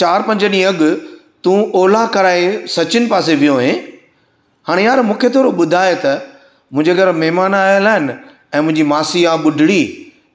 चारि पंज ॾींहं अॻु तूं ओला कराई सचिन पासे जी हुयएं हाणे यार मूंखे थोरो ॿुधाए त मुंहिंजे घर महिमानु आयल आहिनि ऐं मुंहिंजी मासी आहे ॿुढड़ी